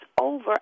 over